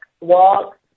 walk